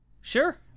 Sure